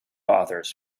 authors